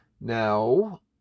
Now